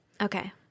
Okay